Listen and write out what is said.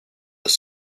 das